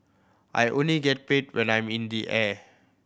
I only get paid when I'm in the air